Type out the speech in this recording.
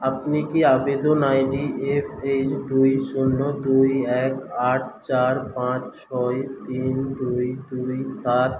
আপনি কি আবেদন আইডি এফ এইচ দুই শূন্য দুই এক আট চার পাঁচ ছয় তিন দুই দুই সাত